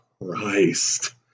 Christ